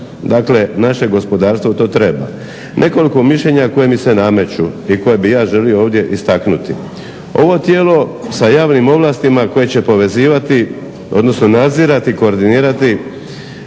Dakle naše gospodarstvo to treba. Nekoliko mišljenja koje mi se nameću i koje bih ja želio ovdje istaknuti. Ovo tijelo sa javnim ovlastima koje će povezivati odnosno nadzirati i koordinirati